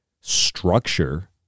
structure